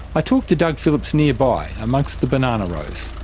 i talk to doug phillips nearby, amongst the bananas rows.